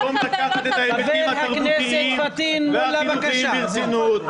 במקום לקחת את ההיבטים התרבותיים והחינוכיים ברצינות,